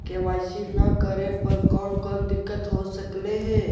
KYC न करे पर कौन कौन दिक्कत हो सकले हे?